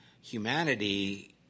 humanity